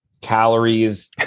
calories